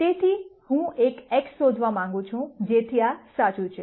તેથી હું એક x શોધવા માંગું છું જેથી આ સાચું છે